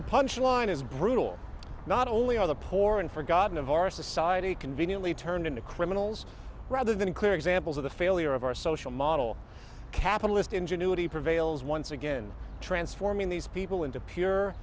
the punch line is brutal not only are the poor in forgotten of our society conveniently turned into criminals rather than clear examples of the failure of our social model capitalist ingenuity prevails once again transforming these people into pure